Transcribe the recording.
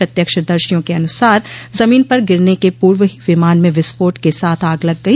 प्रत्यक्षदर्शियों के अनुसार जमीन पर गिरने के पूर्व ही विमान में विस्फोट के साथ आग लग गई